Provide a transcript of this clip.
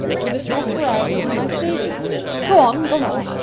with the spot where i have hidden my savings go on, go on.